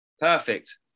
Perfect